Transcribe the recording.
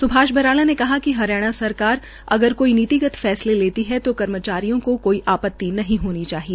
स्भाष बराला ने कहा कि हरियाणा सरकार अगर कोई नीतिगत फैसले लेती है जो कर्मचारियों को कोई आपत्ति नहीं होनी चाहिए